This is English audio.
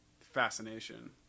fascination